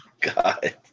God